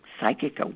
psychic